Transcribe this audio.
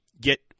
get